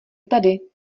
tady